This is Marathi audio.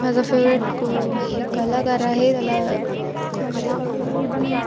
माझा फेवरेट क हे कलाकार आहे त्याला खूप बॉलीवूडनं